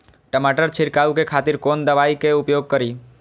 टमाटर छीरकाउ के खातिर कोन दवाई के उपयोग करी?